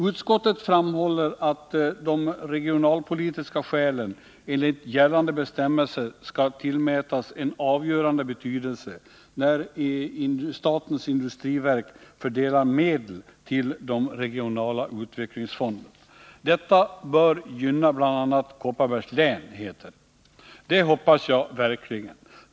Utskottet framhåller att de regionalpolitiska skälen enligt gällande bestämmelser skall tillmätas en avgörande betydelse när statens industriverk fördelar medel till de regionala utvecklingsfonderna. Detta bör gynna bl.a. Kopparbergs län, heter det. Det hoppas jag verkligen.